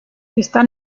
está